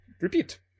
repeat